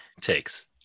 takes